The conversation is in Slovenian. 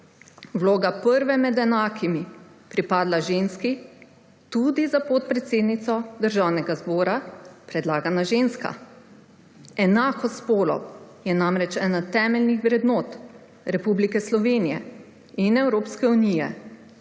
vloga prve med enakimi pripadla ženski, tudi za podpredsednico Državnega zbora predlagana ženska. Enakost spolov je namreč ena temeljnih vrednot Republike Slovenije in Evropske unije,